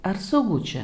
ar saugu čia